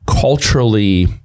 culturally